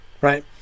right